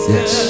Yes